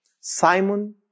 Simon